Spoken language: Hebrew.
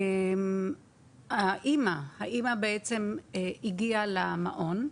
האם הגיעה למעון.